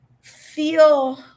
feel